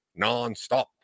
nonstop